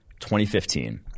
2015